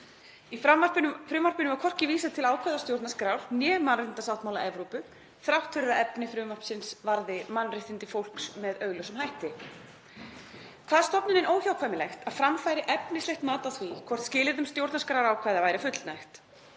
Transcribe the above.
Í frumvarpinu var hvorki vísað til ákvæða stjórnarskrár né mannréttindasáttmála Evrópu þrátt fyrir að efni frumvarpsins varði mannréttindi fólks með augljósum hætti. Kvað stofnunin óhjákvæmilegt að fram færi efnislegt mat á því hvort skilyrðum stjórnarskrárákvæða væri fullnægt.